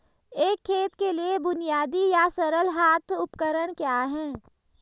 एक खेत के लिए बुनियादी या सरल हाथ उपकरण क्या हैं?